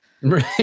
Right